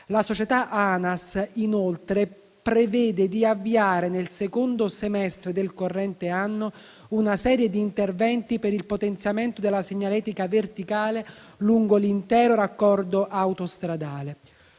La società ANAS, inoltre, prevede di avviare, nel secondo semestre del corrente anno, una serie di interventi per il potenziamento della segnaletica verticale lungo l'intero raccordo autostradale.